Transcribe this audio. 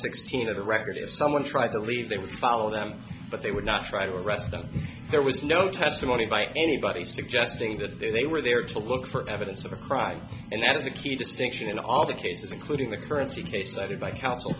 sixteen of the record if someone tried to leave they would follow them but they would not try to arrest them there was no testimony by anybody suggesting that they were there to look for evidence of a crime and that is a key distinction in all the cases including the currency case cited by coun